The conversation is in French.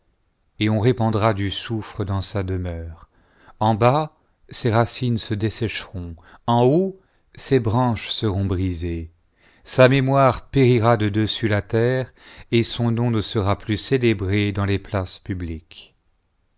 et on répandra du soufre dans sa demeure en bas ses racines se dessécheront en haut ses branches seront brisées sa mémoire périra de dessus la terre et son nom ne sera plus célébré dans les places publiques